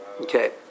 Okay